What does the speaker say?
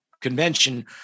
convention